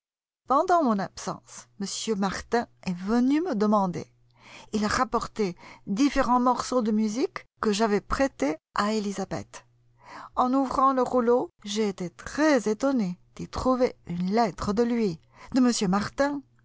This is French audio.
pendant mon absence m martin est venu me demander il a rapporté différents morceaux de musique que j'avais prêtés à elisabeth en ouvrant le rouleau j'ai été très étonnée d'y trouver une lettre de lui de m martin